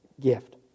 gift